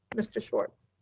mr. schwartz.